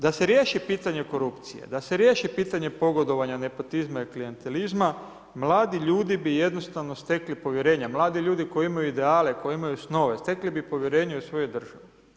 Da se riješi pitanje korupcije, da se riješi pitanje pogodovanja, nepotizma i klijentelizma, mladi ljudi bi jednostavno stekli povjerenja, mladi ljudi koji imaju ideale, koji imaju snove, stekli bi povjerenje u svoju državu.